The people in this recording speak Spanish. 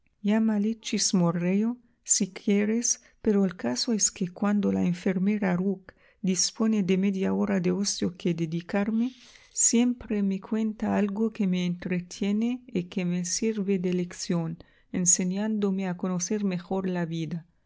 llámale chismorreo si quieres pero el caso es que cuando la enfermera rook dispone de media hora de ocio que dedicarme siempre me cuenta algo que me entretiene y que me sirve de lección enseñándome a conocer mejor la vida